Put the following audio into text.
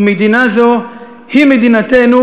ומדינה זו היא מדינתנו,